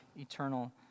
eternal